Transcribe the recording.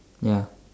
ya